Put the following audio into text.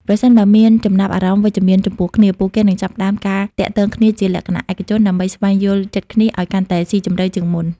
ប្រសិនបើមានចំណាប់អារម្មណ៍វិជ្ជមានចំពោះគ្នា ពួកគេនឹងចាប់ផ្តើមការទាក់ទងគ្នាជាលក្ខណៈឯកជន ដើម្បីស្វែងយល់ចិត្តគ្នាឱ្យកាន់តែស៊ីជម្រៅជាងមុន។